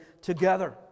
together